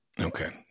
Okay